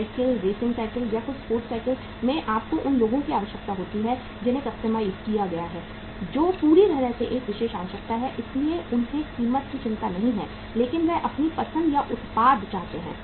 cycle racing cycle या कुछ sports cycle में आपको उन लोगों की आवश्यकता होती है जिन्हें कस्टमाइज़ किया गया है जो पूरी तरह से एक विशेष आवश्यकता है इसलिए उन्हें कीमत की चिंता नहीं है लेकिन वे अपनी पसंद का उत्पाद चाहते हैं